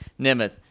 Nimeth